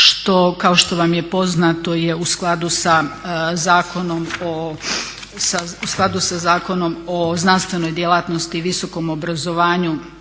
kao što vam je poznato je u skladu sa Zakonom o znanstvenoj djelatnosti i visokom obrazovanju